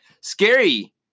Scary